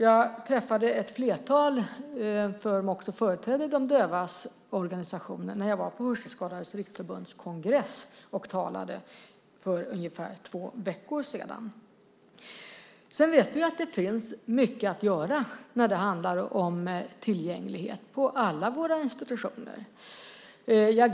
Jag träffade ett flertal företrädare för de dövas organisationer när jag för ungefär två veckor sedan talade på Hörselskadades Riksförbunds kongress. Vi vet att det finns mycket att göra när det handlar om tillgänglighet på alla våra institutioner.